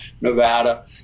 Nevada